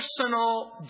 personal